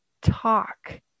Talk